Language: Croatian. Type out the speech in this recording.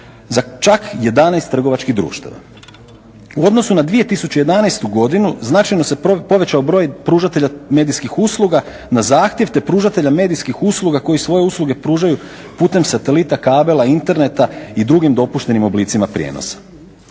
za čak 11 trgovačkih društava. U odnosu na 2011.godinu značajno se povećao broj pružatelja medijskih usluga na zahtjev te pružatelja medijskih usluga koji svoje usluge pružaju putem satelita, kabela, interneta i drugim dopuštenim oblicima prijenosa.